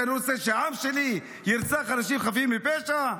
שאני רוצה שהעם שלי ירצח אנשים חפים מפשע?